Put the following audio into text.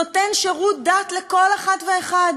שנותן שירות דת לכל אחת ואחד,